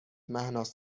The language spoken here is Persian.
مهناز